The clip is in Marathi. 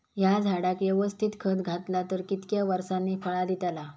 हया झाडाक यवस्तित खत घातला तर कितक्या वरसांनी फळा दीताला?